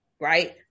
right